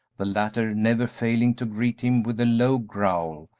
the latter never failing to greet him with a low growl,